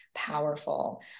Powerful